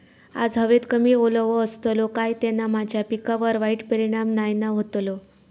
आज हवेत कमी ओलावो असतलो काय त्याना माझ्या पिकावर वाईट परिणाम नाय ना व्हतलो?